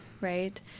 Right